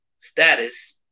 status